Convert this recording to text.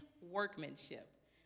workmanship